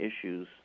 issues